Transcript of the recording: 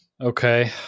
Okay